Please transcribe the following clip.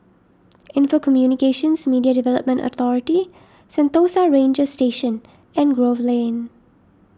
Info Communications Media Development Authority Sentosa Ranger Station and Grove Lane